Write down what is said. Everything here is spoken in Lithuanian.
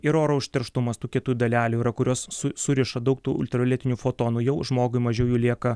ir oro užterštumas tų kietų dalelių yra kurios su suriša daug tų ultravioletinių fotonų jau žmogui mažiau jų lieka